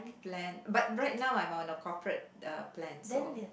plan but right now I'm on a corporate uh plan so